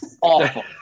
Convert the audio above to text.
awful